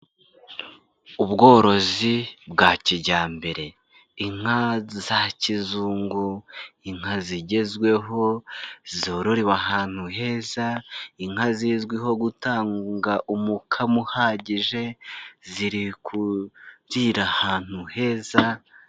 Ubworozi bwa kijyambere, inka za kizungu, inka zigezweho zororewe ahantu heza, inka zizwiho gutanga umukamo uhagije ziri kurira ahantu heza.